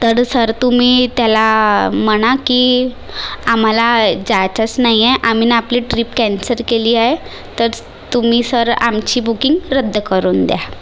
तर सर तुम्ही त्याला म्हणा की आम्हाला जायचंच नाही आहे आम्ही ना आपली ट्रीप कॅन्सल केली आहे तर तुम्ही सर आमची बुकिंग रद्द करून द्या